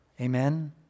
Amen